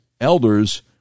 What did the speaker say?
elders